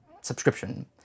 subscription